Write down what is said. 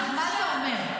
מה זה אומר?